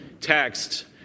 text